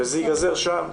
וזה ייגזר שם,